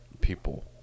people